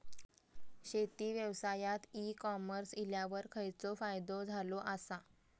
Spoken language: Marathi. शेती व्यवसायात ई कॉमर्स इल्यावर खयचो फायदो झालो आसा?